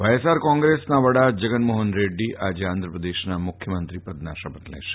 Y S R Congress વડા જગનમોફન રેડ્ડી આજે આંધ્રપ્રદેશના મુખ્યમંત્રી પદના શપથ લેશે